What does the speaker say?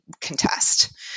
contest